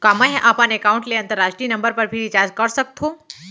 का मै ह अपन एकाउंट ले अंतरराष्ट्रीय नंबर पर भी रिचार्ज कर सकथो